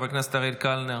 חבר הכנסת אריאל קלנר,